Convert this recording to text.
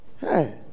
Hey